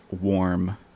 warm